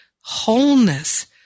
wholeness